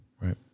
Right